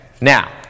now